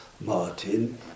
Martin